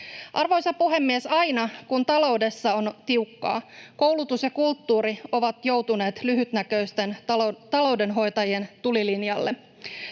Arvoisa puhemies! Aina kun taloudessa on tiukkaa, koulutus ja kulttuuri ovat joutuneet lyhytnäköisten taloudenhoitajien tulilinjalle.